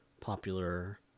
popular